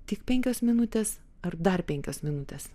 tik penkios minutės ar dar penkios minutės